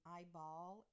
Eyeball